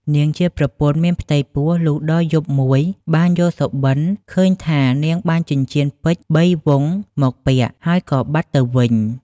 នាងជាប្រពន្ធមានផ្ទៃពោះ លុះដល់យប់មួយបានយល់សប្ដិឃើញថានាងបានចិញ្ចៀនពេជ្របីវង់មកពាក់ ហើយក៏បាត់ទៅវិញ ។